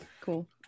Cool